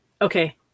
okay